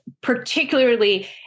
particularly